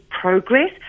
progress